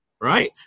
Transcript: right